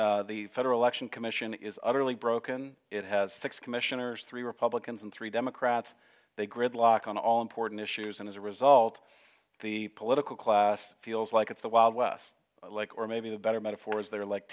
t the federal election commission is utterly broken it has six commissioners three republicans and three democrats they gridlock on all important issues and as a result the political class feels like it's the wild west like or maybe the better metaphor is they're like